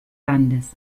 landes